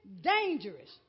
dangerous